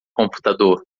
computador